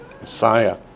Messiah